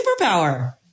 superpower